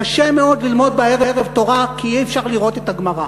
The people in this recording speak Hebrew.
קשה מאוד ללמוד בערב תורה כי אי-אפשר לראות את הגמרא,